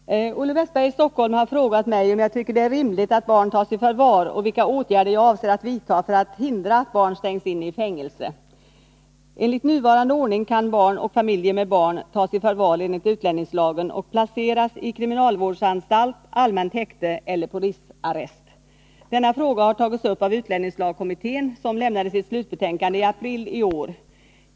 Herr talman! Olle Wästberg i Stockholm har frågat mig om jag tycker det är rimligt att barn tas i förvar och vilka åtgärder jag avser att vidta för att hindra att barn stängs in i fängelse. Enligt nuvarande ordning kan barn och familjer med barn tas i förvar enligt utlänningslagen och placeras i kriminalvårdsanstalt, allmänt häkte eller polisarrest. Denna fråga har tagits upp av utlänningslagkommittén. som lämnade sitt slutbetänkande i april i år.